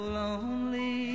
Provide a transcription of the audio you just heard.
lonely